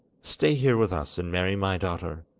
stay here with us and marry my daughter.